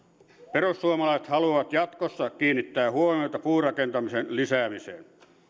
perussuomalaiset haluavat jatkossa kiinnittää huomiota puurakentamisen lisäämiseen